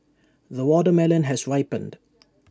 the watermelon has ripened